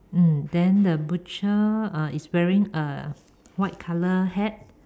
mm then the butcher uh is wearing a white color hat